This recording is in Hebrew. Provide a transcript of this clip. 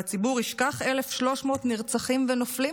והציבור ישכח 1,300 נרצחים ונופלים?